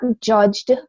judged